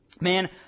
Man